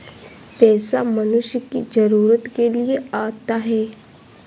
पैसा मनुष्य की जरूरत के लिए आता है